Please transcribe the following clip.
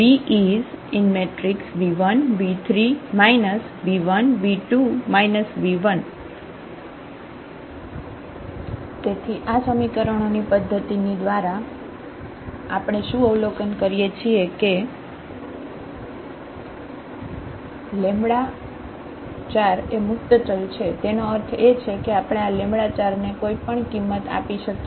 Bv1 v3 v1 v2 v1 તેથી આ સમીકરણોની પદ્ધતિની દ્વારા આપણે શું આવલોકન કરીએ છીએ કે લેમ્બડા 4 એ મુક્ત ચલ છે તેનો અર્થ એ છે કે આપણે આ લેમ્બડા 4 ને કોઈપણ કિંમત આપી શકીએ